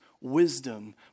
wisdom